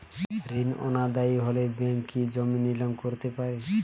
ঋণ অনাদায়ি হলে ব্যাঙ্ক কি জমি নিলাম করতে পারে?